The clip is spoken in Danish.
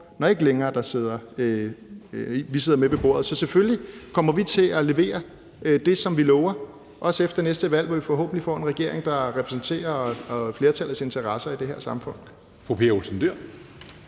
vi ikke længere sidder med ved bordet. Så selvfølgelig kommer vi til at levere det, som vi lover, også efter næste valg, hvor vi forhåbentlig får en regering, der repræsenterer flertallets interesser i det her samfund.